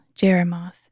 Jeremoth